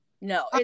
No